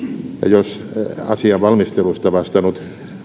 jos asian valmistelusta vastannut